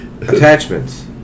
attachments